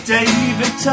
David